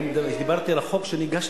דיברתי על החוק שהגשתי,